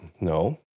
No